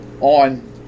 on